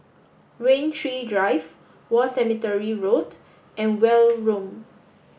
Rain Tree Drive War Cemetery Road and Welm Road